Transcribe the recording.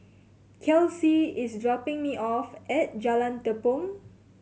Kelsea is dropping me off at Jalan Tepong